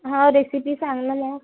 हां रेसिपी सांग मला